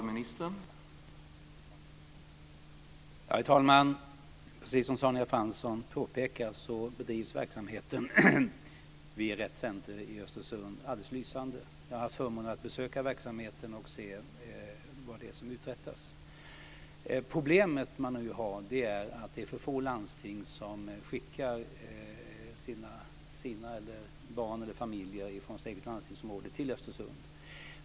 Herr talman! Precis som Sonja Fransson påpekar bedrivs verksamheten vid Rett Center i Östersund alldeles lysande. Jag har haft förmånen att besöka verksamheten och se vad det är som uträttas. Det problem man nu har är att det är för få landsting som skickar familjer inom sitt eget ansvarsområde till Östersund.